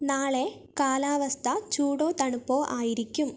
നാളെ കാലാവസ്ഥ ചൂടോ തണുപ്പോ ആയിരിക്കും